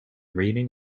reading